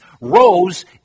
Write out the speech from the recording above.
rose